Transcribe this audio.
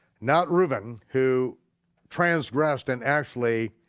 not reuben, who transgressed and actually